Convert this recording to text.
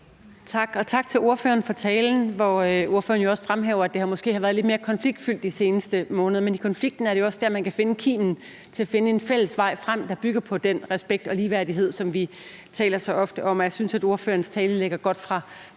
tak til ordføreren for talen, hvor ordføreren jo også fremhæver, at det måske har været lidt mere konfliktfyldt i de seneste måneder. Men i konflikten er det jo også, man kan finde kimen til at finde en fælles vej frem, der bygger på den respekt og ligeværdighed, som vi så ofte taler om, og jeg synes, der i ordførerens tale her lægges godt fra